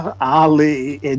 Ali